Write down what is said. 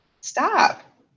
stop